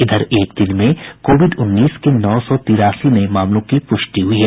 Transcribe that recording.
इधर एक दिन में कोविड उन्नीस के नौ सौ तेरासी नये मामलों की पुष्टि हुई है